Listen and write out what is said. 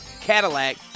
Cadillac